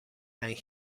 and